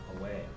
away